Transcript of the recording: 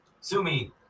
Sumi